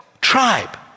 tribe